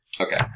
Okay